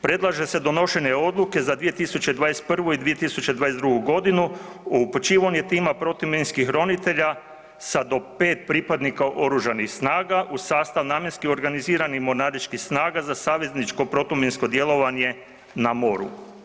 Predlaže se donošenje odluke za 2021 i 2022. godinu, upućivanje tima protuminskih ronitelja sa do pet pripadnika oružanih snaga u sastav namjenski organizirani mornaričkih snaga za savezničko protuminsko djelovanje na moru.